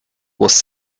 was